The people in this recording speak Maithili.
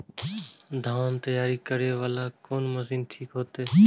धान तैयारी करे वाला कोन मशीन ठीक होते?